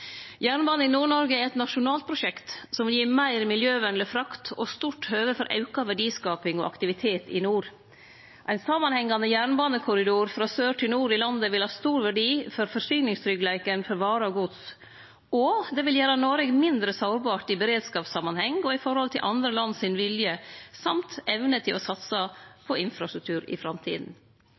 Jernbane i Nord-Noreg er eit nasjonalt prosjekt som vil gi meir miljøvenleg frakt og stort høve for auka verdiskaping og aktivitet i nord. Ein samanhengande jernbanekorridor frå sør til nord i landet vil ha stor verdi for forsyningstryggleiken for varer og gods, og det vil gjere Noreg mindre sårbart i beredskapssamanheng og i forhold til andre land sin vilje og evne til å satse på infrastruktur i